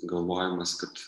galvojimas kad